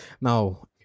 Now